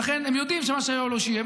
ולכן הם יודעים שמה שהיה הוא לא שיהיה.